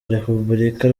repubulika